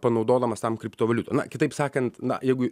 panaudodamas tam kriptovaliutą na kitaip sakant na jeigu